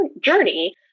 journey